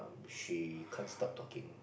she can't stop talking